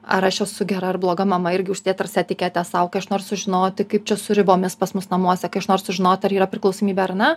ar aš esu gera ar bloga mama irgi užsidėt tarsi etiketę sau kai aš noriu sužinoti kaip čia su ribomis pas mus namuose kai aš noriu sužinoti ar yra priklausomybė ar ne